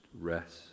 rest